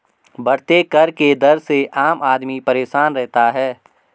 बढ़ते कर के दर से आम आदमी परेशान रहता है